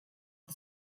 the